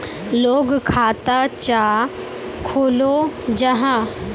लोग खाता चाँ खोलो जाहा?